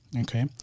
Okay